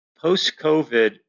post-COVID